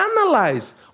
analyze